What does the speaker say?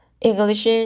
English